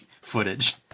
footage